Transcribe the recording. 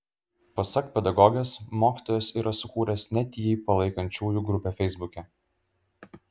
pasak pedagogės mokytojas yra sukūręs net jį palaikančiųjų grupę feisbuke